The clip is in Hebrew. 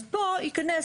אז פה ייכנס,